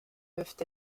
peuvent